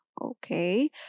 Okay